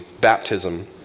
baptism